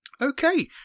Okay